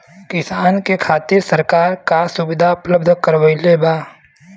किसान के खातिर सरकार का सुविधा उपलब्ध करवले बा?